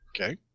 Okay